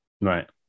Right